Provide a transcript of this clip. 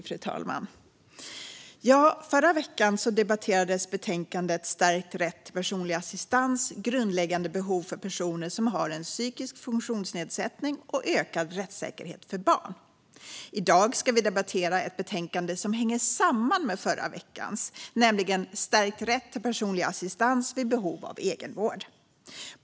Fru talman! Förra veckan debatterades betänkandet Stärkt rätt till personlig assistans - grundläggande behov för personer som har en psykisk funktionsnedsättning och ökad rättssäkerhet för barn . I dag debatterar vi ett betänkande som hänger samman med förra veckans, nämligen Stärkt rätt till personlig assistans vid behov av egenvård .